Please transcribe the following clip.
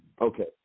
Okay